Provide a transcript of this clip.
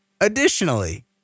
additionally